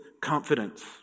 confidence